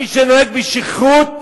מי שנוהג בשכרות?